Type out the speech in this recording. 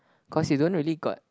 cause you don't really got